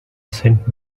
sent